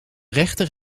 rechter